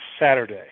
Saturday